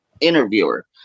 interviewer